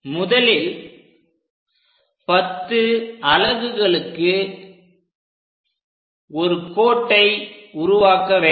முதலில் 10 அலகுகளுக்கு ஒரு கோட்டை உருவாக்க வேண்டும்